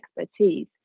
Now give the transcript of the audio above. expertise